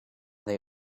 they